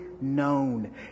known